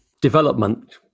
development